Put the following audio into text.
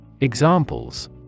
Examples